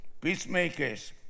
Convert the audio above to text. peacemakers